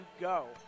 go